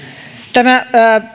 tämä